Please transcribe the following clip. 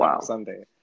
Sunday